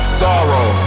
sorrow